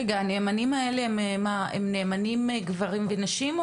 רגע הנאמנים האלה הם מה, הם נאמנים גברים ונשים?